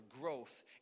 growth